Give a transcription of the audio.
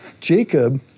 Jacob